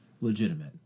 legitimate